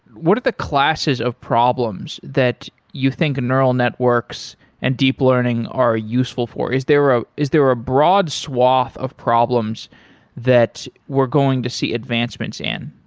what are the classes of problems that you think neural networks and deep learning are useful for? is there ah is there a broad swath of problems that we're going to see advancements in?